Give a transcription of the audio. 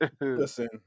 Listen